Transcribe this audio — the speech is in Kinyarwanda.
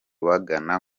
bagana